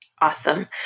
awesome